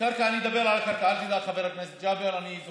קרקע, אני אדבר על הקרקע.